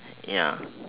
ya